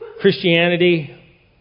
Christianity